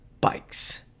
Bikes